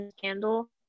candle